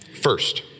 First